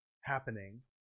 happening